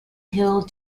hill